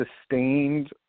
sustained